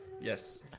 Yes